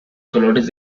colores